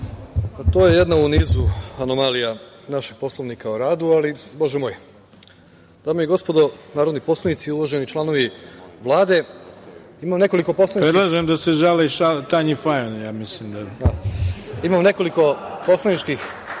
To je jedna u nizu anomalija našeg Poslovnika o radu, ali bože moj. Dame i gospodo narodni poslanici i uvaženi članovi Vlade, imam nekoliko poslaničkih